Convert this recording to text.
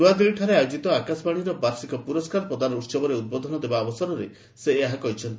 ନୂଆଦିଲ୍ଲୀଠାରେ ଆୟୋଜିତ ଆକାଶବାଣୀର ବାର୍ଷିକ ପୁରସ୍କାର ପ୍ରଦାନ ଉହବରେ ଉଦ୍ବୋଧନ ଦେବା ଅବସରରେ ସେ ଏହା କହିଛନ୍ତି